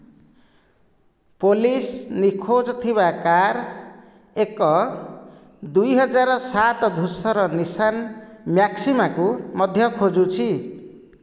police ନିଖୋଜ ଥିବା car ଏକ ଦୁଇହଜାର ସାତ ଧୂସର ନିସାନ ମ୍ୟାକ୍ସିମାକୁ ମଧ୍ୟ ଖୋଜୁଛି